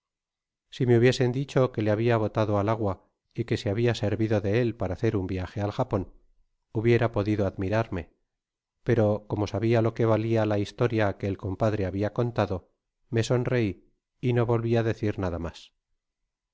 si me hubiesen dicho que le habia botado al agua y que se habia servido de él para hacer un viaje al japon hubiera podido admirarme pero como sabia lo que valia a historia que el compadre habia contado me sonrei y no volvi á decir nada mas